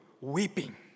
weeping